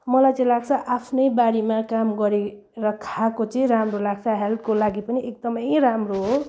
मलाई चाहिँ लाग्छ आफ्नै बारीमा काम गरेर खाएको चाहिँ राम्रो लाग्छ हेल्थको लागि पनि एकदमै राम्रो हो